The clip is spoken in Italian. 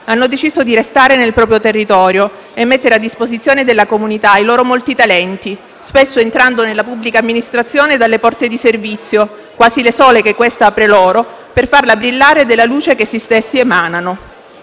hanno deciso di restare nel proprio territorio e mettere a disposizione della comunità i loro molti talenti, spesso entrando nella pubblica amministrazione dalle porte di servizio, quasi le sole che questa apre loro, per farla brillare della luce che essi stessi emanano.